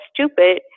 stupid